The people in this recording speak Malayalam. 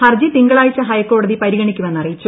ഹർജി തിങ്കളാഴ്ച ഹൈക്കോടതി പരിഗണിക്കുമെന്ന് അറിയിച്ചു